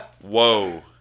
Whoa